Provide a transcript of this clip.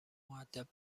مودب